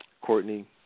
Courtney